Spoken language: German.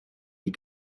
die